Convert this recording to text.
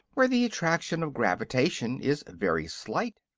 where the attraction of gravitation is very slight.